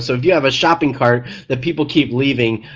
so if you have a shopping cart that people keep leaving,